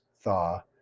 thaw